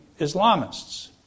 Islamists